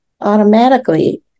automatically